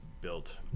built